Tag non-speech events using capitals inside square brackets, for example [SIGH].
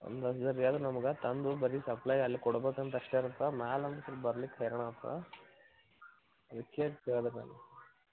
[UNINTELLIGIBLE] ನಮ್ಗೆ ತಂದು ಬರೀ ಸಪ್ಲೈ ಅಲ್ಲಿ ಕೊಡ್ಬೇಕಂತ ಅಷ್ಟೇ ಇರತ್ತೆ ಮ್ಯಾಲೆ ಅಂತೂ ಬರ್ಲಿಕ್ಕೆ ಹೈರಾಣ ಆತ ಇದಕ್ಕೆ ಕೇಳಿದೆ ನಾನು